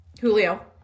Julio